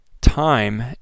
time